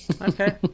okay